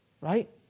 Right